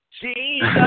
Jesus